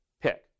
pick